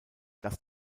dass